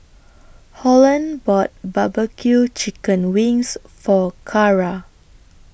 Holland bought Barbecue Chicken Wings For Cara